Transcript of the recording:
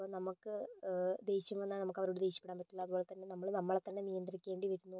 അപ്പോൾ നമുക്ക് ദേഷ്യം വന്നാൽ നമുക്ക് അവരോട് ദേഷ്യപ്പെടാൻ പറ്റില്ല അതുപോലെ തന്നെ നമ്മള് നമ്മളെ തന്നെ നിയന്ത്രിക്കേണ്ടി വരുന്നു